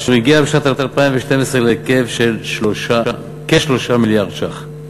שהגיע בשנת 2012 לכ-3 מיליארד ש"ח,